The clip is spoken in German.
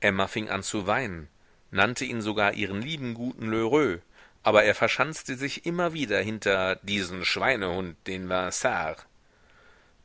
emma fing an zu weinen nannte ihn sogar ihren lieben guten lheureux aber er verschanzte sich immer wieder hinter diesen schweinehund den vinard